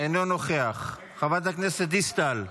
אינו נוכח, חברת הכנסת דיסטל,